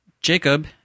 Jacob